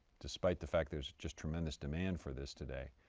despite the fact there's just tremendous demand for this today,